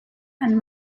and